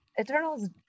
Eternals